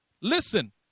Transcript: Listen